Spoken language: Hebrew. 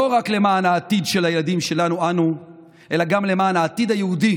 לא רק למען העתיד של הילדים שלנו אנו אלא גם למען העתיד היהודי